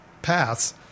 paths